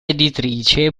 editrice